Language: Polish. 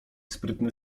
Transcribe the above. sprytny